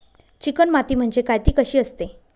Chicken माती म्हणजे काय? ति कशी असते?